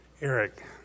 Eric